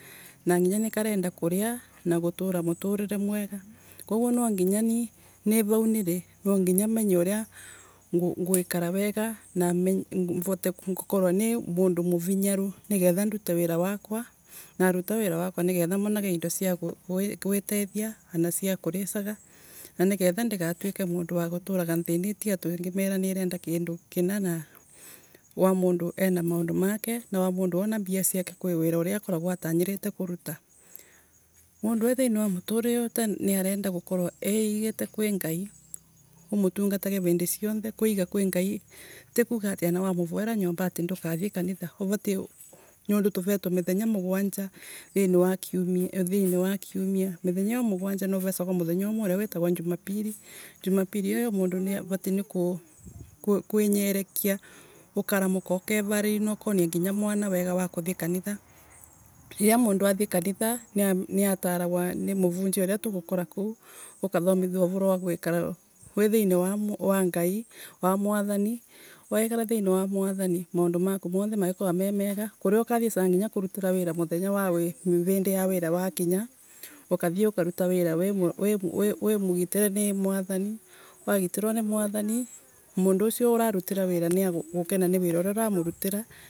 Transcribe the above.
Nanginya nikarenda kana na gutura muturire mwega koguo ni nginya ni nivau niri mwanginya menye uria ngwikara wega na muote gukorwa ni muvinyaru na ndute wira wakwa. Naruta wira wakwa mone indo cia gwitethia ana cia kuricaga no nigue ndigatwike andu ati ngimera rirenda kindu kina; na wamundu era maundu make, na wa mundu ona mbia ciake kwi wira uria akoragwa atonyirite kuruta. Mundu e thiini wa muturire wonthe niarenda e igite kwi Ngai ;tikuga ati anawanuvare nyomba ati ndukathie ati ndukathie kanitha. Tuvetwei mithenya mugwanja thiini wa kiumia thiini wa kumia. Mithenya iyo mugwanja nuvecagwa muthenya umwe uria witagwa Jumapili. Jumapili iyo mundu niavatie kwinyerekia ukaramuka ukevariria na ukonia nginya mwana wega wa Kathie kanitha. Riria mundu athie kanitha niataragwa ni muvunjia uria tugokora kuu. Tukathomithua wega wa gwikara thiini wa mwathani. Wekara thiini wa Mwathani, maundu maku monthe magikoneo me mega kuriaukathiesaga nginya kurutira wira muthenya wa wi undi ya wira wakinya, u Kathie ukaruta wira wi mu wimugitire ni. Mwathani, mundu ucio urarutira wira niagukena niwara uria uromurutiira